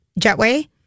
jetway